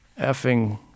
effing